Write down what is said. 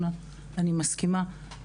אני מסכימה עם זה.